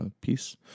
piece